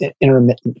intermittent